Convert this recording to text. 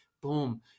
boom